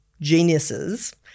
geniuses